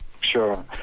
Sure